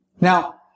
Now